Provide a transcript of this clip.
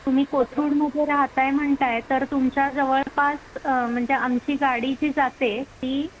तुम्ही कोथरूडमध्ये राहत आहे म्हणत आहे तर तुमच्या जवळपास म्हणजे आमची गाडी जी जाते ती